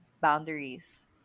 boundaries